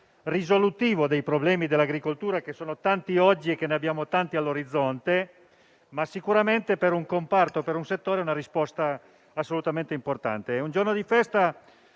risolutivo dei problemi dell'agricoltura, che sono tuttora tanti e ne abbiamo tanti all'orizzonte, ma sicuramente per il comparto è una risposta assolutamente importante. È un giorno di festa